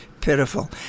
pitiful